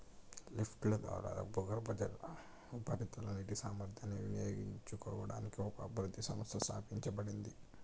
లిఫ్ట్ల ద్వారా భూగర్భ, ఉపరితల నీటి సామర్థ్యాన్ని వినియోగించుకోవడానికి ఒక అభివృద్ధి సంస్థ స్థాపించబడింది